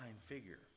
figure